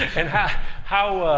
and how